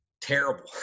terrible